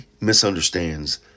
misunderstands